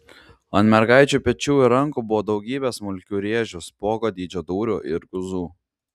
ant mergaičių pečių ir rankų buvo daugybė smulkių rėžių spuogo dydžio dūrių ir guzų